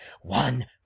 One